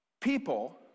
people